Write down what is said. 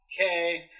Okay